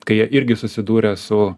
kai jie irgi susidūrė su